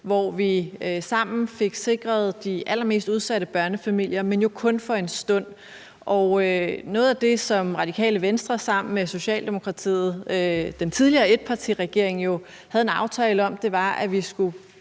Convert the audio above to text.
hvor vi sammen fik sikret de allermest udsatte børnefamilier, men jo kun for en stund. Og noget af det, som Radikale Venstre sammen med Socialdemokratiet, den tidligere etpartiregering, jo havde en aftale om, var, at vi skulle